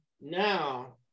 Now